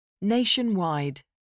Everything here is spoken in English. Nationwide